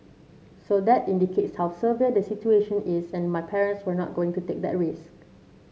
so that indicates how severe the situation is and my parents were not going to take that risk